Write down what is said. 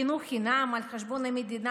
חינוך חינם על חשבון המדינה,